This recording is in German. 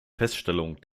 feststellung